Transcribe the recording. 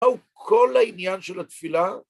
‫הוא כל העניין של התפילה.